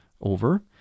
over